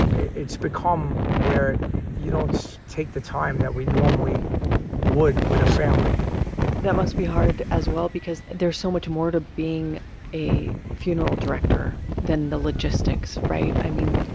it's become where you don't take the time that we normally would with a family that must be hard as well because there's so much more to being a funeral director than the logistics, right? i mean.